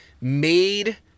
made